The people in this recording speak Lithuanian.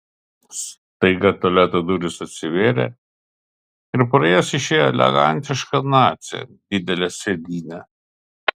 staiga tualeto durys atsivėrė ir pro jas išėjo elegantiška nacė didele sėdyne